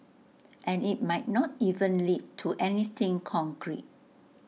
and IT might not even lead to anything concrete